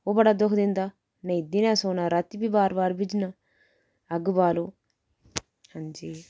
ओह् बड़ा दुक्ख दिंदा नेईं दिने सौन रातीं बी बार बार भेजना अग्ग बालो हां जी